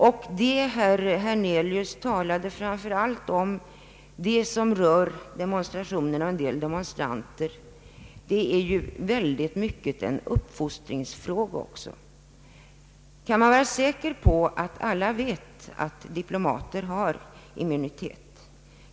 Det som herr Hernelius talade framför allt om beträffande demonstrationer och en del demonstranter är i stor utsträckning också en uppfostringsfråga. Kan man vara säker på att alla vet att diplomater har immunitet?